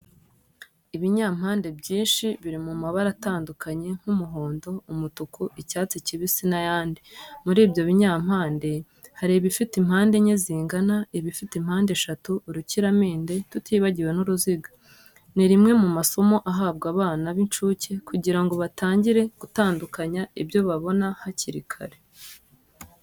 Ibinyampande byinshi biri mu mabara atandukanye nk'umuhondo, umutuku, icyatsi kibisi n'ayandi. Muri ibyo binyampande hari ibifite impande enye zingana, ibifite impande eshatu, urukiramende tutibagiwe n'uruziga. Ni rimwe mu masomo ahabwa abana b'incuke kugira ngo batangire gutandukanya ibyo babona hakiri kare.